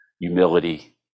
humility